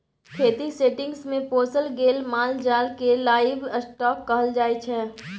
खेतीक सेटिंग्स मे पोसल गेल माल जाल केँ लाइव स्टाँक कहल जाइ छै